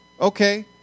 Okay